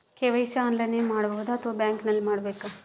KYC ಆನ್ಲೈನಲ್ಲಿ ಮಾಡಬಹುದಾ ಅಥವಾ ಬ್ಯಾಂಕಿನಲ್ಲಿ ಮಾಡ್ಬೇಕಾ?